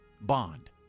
Bond